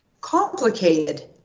complicated